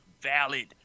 valid